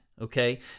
okay